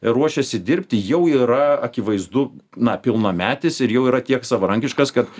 ruošiasi dirbti jau yra akivaizdu na pilnametis ir jau yra tiek savarankiškas kad